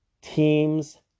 Teams